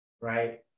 right